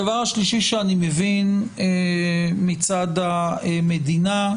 הדבר השלישי שאני מבין מצד המדינה,